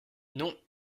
non